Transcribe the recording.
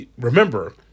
Remember